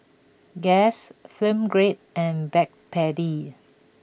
Guess Film Grade and Backpedic